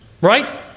Right